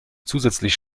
zusätzlich